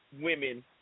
women